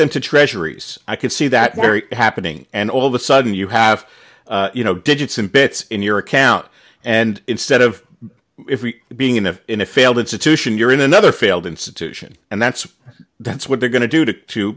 them to treasuries i could see that very happening and all of a sudden you have you know digits in bits in your account and instead of being in the in a failed institution you're in another failed institution and that's that's what they're going to do to